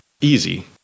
easy